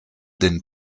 den